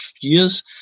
years